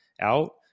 out